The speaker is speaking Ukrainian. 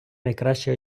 найкраще